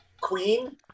queen